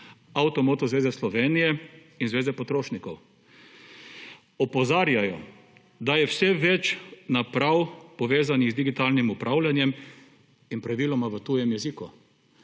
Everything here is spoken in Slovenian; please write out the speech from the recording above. Avto-moto zveze Slovenije in Zveze potrošnikov. Opozarjajo, da je vse več naprav povezanih z digitalnim upravljanjem in praviloma v tujem jeziku.